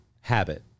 habit